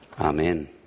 Amen